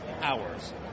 Hours